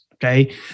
okay